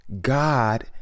God